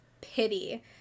pity